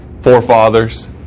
forefathers